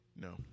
No